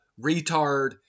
retard